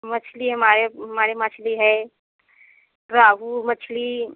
मछली हमारे हमारी मछली है रोहू मछली